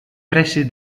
pressi